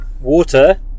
water